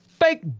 fake